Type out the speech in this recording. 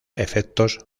efectos